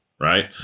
right